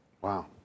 Wow